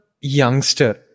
youngster